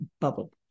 bubble